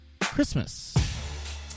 Christmas